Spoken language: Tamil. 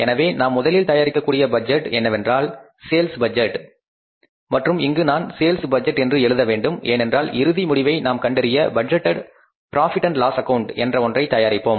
எனவே நாம் முதலில் தயாரிக்கக்கூடிய பட்ஜெட் என்னவென்றால் சேல்ஸ் பட்ஜெட் மற்றும் இங்கு நான் சேல்ஸ் பட்ஜெட் என்று எழுத வேண்டும் ஏனென்றால் இறுதி முடிவை நாம் கண்டறிய budgeted profit and loss account என்ற ஒன்றை தயாரிப்போம்